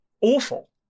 awful